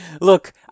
look